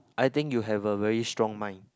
I think you have a very strong mind